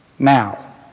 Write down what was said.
Now